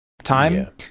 time